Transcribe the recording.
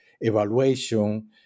evaluation